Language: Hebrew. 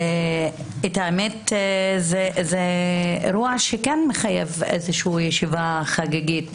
זה אירוע שכן מחייב ישיבה חגיגית.